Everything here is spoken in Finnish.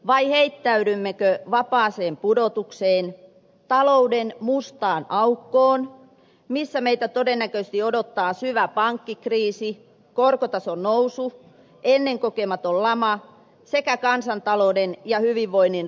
vai heittäydymmekö vapaaseen pudotukseen talouden mustaan aukkoon missä meitä todennäköisesti odottaa syvä pankkikriisi korkotason nousu ennen kokematon lama sekä kansantalouden ja hyvinvoinnin romahtaminen